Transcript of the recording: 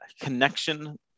connection